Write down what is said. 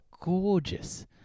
gorgeous